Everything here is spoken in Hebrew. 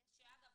שאגב,